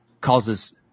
causes